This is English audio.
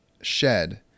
shed